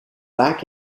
back